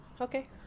Okay